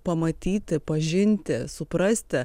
pamatyti pažinti suprasti